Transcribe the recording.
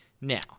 now